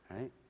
right